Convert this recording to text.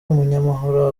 umunyamahoro